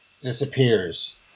disappears